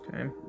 Okay